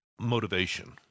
Motivation